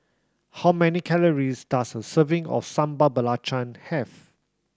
how many calories does a serving of Sambal Belacan have